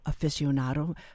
aficionado